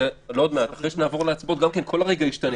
אחרי שנעבור להצבעות, כל רגע ישתנה.